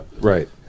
Right